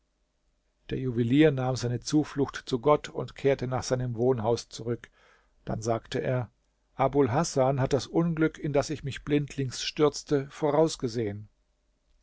der juwelier nahm seine zuflucht zu gott und kehrte nach seinem wohnhaus zurück dann sagte er abul hasan hat das unglück in das ich mich blindlings stürzte vorausgesehen